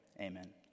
Amen